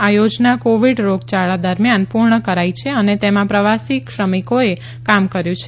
આ યોજના કોવિડ રોગયાળા દરમિયાન પૂર્ણ કરાઈ છે અને તેમાં પ્રવાસી શ્રમિકોએ કામ કર્યું છે